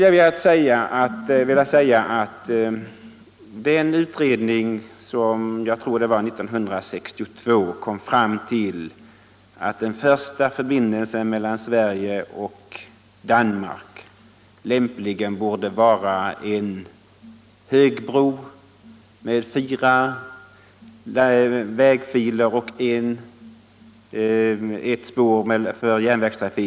Jag tror att det var 1962 som en utredning kom fram till att den första 2 Nrz73 förbindelsen mellan Sverige och Danmark lämpligen borde vara en högbro med fyra vägfiler och ett spår för järnvägstrafik.